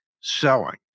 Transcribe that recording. selling